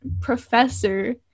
professor